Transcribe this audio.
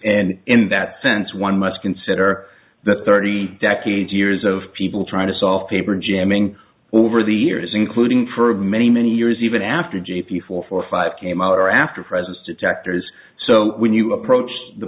and in that sense one must consider that thirty decades years of people trying to solve paper jamming over the years including for many many years even after g p for four or five came out or after presence detectors so when you approach the